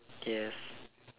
yes